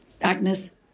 Agnes